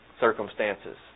circumstances